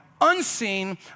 unseen